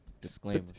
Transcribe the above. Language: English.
Disclaimer